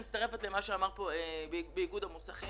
אני מצטרפת אל מה שאמר פה נציג איגוד המוסכים.